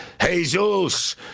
Jesus